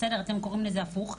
אתם קוראים לזה הפוך,